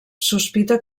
sospita